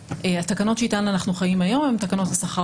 התקנות שאיתן אנחנו חיים היום הן תקנות השכר